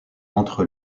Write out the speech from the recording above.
entre